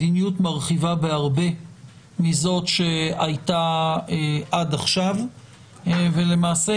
מדיניות מרחיבה בהרבה מזאת שהייתה עד עכשיו ולמעשה,